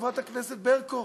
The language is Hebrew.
חברת הכנסת ברקו,